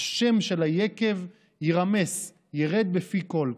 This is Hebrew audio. השם של היקב יירמס, ירד בפי כול.